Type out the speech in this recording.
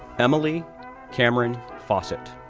emily cameron faucett,